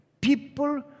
People